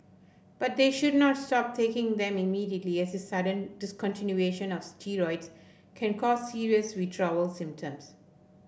but they should not stop taking them immediately as sudden discontinuation of steroids can cause serious withdrawal symptoms